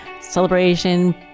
celebration